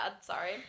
Sorry